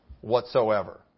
whatsoever